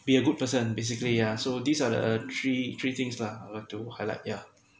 be a good person basically yeah so these are the three three things lah I like to highlight yeah